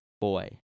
boy